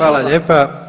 Hvala lijepa.